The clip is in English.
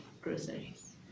groceries